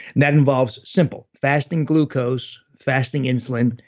that involves simple fasting glucose, fasting insulin,